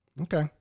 Okay